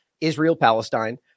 Israel-Palestine